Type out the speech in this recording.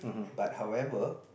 but however